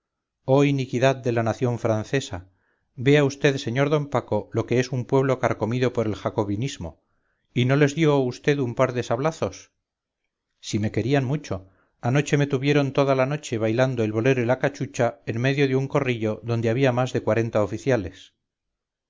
oh iniquidad de la nación francesa vea vd sr d paco lo que es un pueblo carcomido por el jacobinismo y no les dio vd un par de sablazos si me querían mucho anoche me tuvieron toda la noche bailando el bolero y la cachucha en medio de un corrillo donde había más de cuarenta oficiales